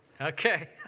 Okay